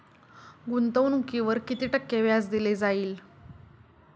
गुंतवणुकीवर किती टक्के व्याज दिले जाईल?